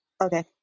Okay